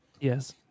yes